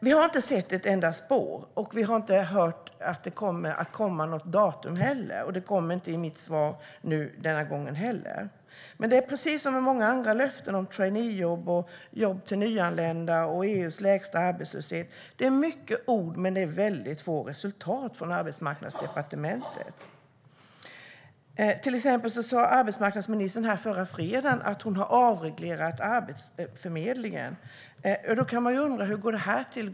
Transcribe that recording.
Vi har inte sett ett enda spår, och vi har inte hört att det skulle komma något datum. Det kom inte i svaret till mig denna gång heller. Precis som vid många andra löften om exempelvis traineejobb, jobb till nyanlända och EU:s lägsta arbetslöshet kommer det många ord men väldigt få resultat från Arbetsmarknadsdepartementet. Arbetsmarknadsministern sa förra fredagen att hon har avreglerat Arbetsförmedlingen. Då kan man undra hur det går till.